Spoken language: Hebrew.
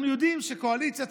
אנחנו יודעים שקואליציה,